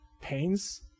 pains